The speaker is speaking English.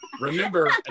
remember